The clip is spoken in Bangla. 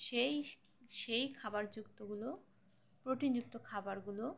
সেই সেই খাবারযুক্তগুলো প্রোটিনযুক্ত খাবারগুলো